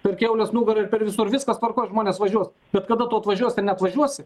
per kiaulės nugarą ir per visur viskas tvarkoj žmonės važiuos bet kada tu atvažiuos ar neatvažiuosi